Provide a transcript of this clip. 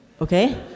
okay